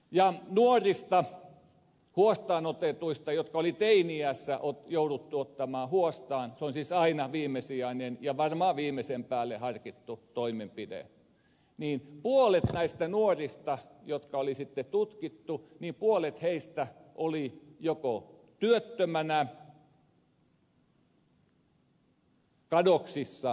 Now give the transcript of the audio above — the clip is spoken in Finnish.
ja nuorista huostaan otetuista jotka oli teini iässä jouduttu ottamaan huostaan se on siis aina viimesijainen ja varmaan viimeisen päälle harkittu toimenpide puolet näistä tutkimuksessa mukana olleista nuorista oli joko työttömänä kadoksissa tai eläkkeellä